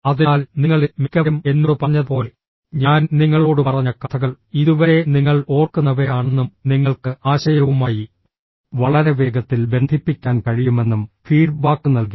അതിനാൽ നിങ്ങളിൽ മിക്കവരും എന്നോട് പറഞ്ഞതുപോലെ ഞാൻ നിങ്ങളോട് പറഞ്ഞ കഥകൾ ഇതുവരെ നിങ്ങൾ ഓർക്കുന്നവയാണെന്നും നിങ്ങൾക്ക് ആശയവുമായി വളരെ വേഗത്തിൽ ബന്ധിപ്പിക്കാൻ കഴിയുമെന്നും ഫീഡ്ബാക്ക് നൽകി